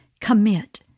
Commit